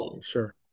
sure